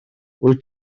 wyt